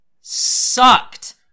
sucked